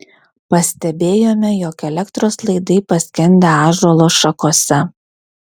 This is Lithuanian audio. pastebėjome jog elektros laidai paskendę ąžuolo šakose